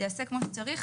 שזה ייעשה כמו שצריך.